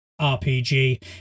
RPG